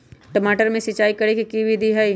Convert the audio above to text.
टमाटर में सिचाई करे के की विधि हई?